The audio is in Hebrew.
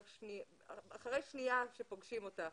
אחרי שניה שפוגשים אותך.